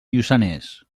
lluçanès